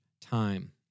time